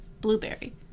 blueberry